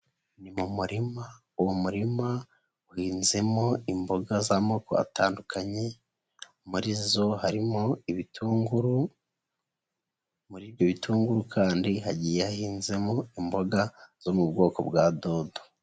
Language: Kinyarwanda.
Ni mu murima, uwo murima uhinnzemo imboga z'amoko atandukanye, muri zo harimo ibitunguru, muri ibyo bitunguru kandi hagiye yahinzemo imboga zo mu bwoko bwa dodo.